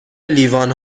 لیوان